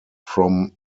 from